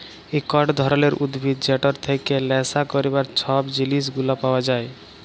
একট ধরলের উদ্ভিদ যেটর থেক্যে লেসা ক্যরবার সব জিলিস গুলা পাওয়া যায়